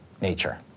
nature